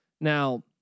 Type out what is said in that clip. Now